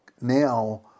now